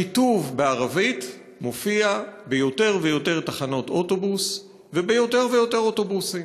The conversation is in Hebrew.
הכיתוב בערבית מופיע ביותר ויותר תחנות אוטובוס וביותר ויותר אוטובוסים,